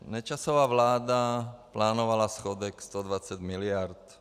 Nečasova vláda plánovala schodek 120 mld.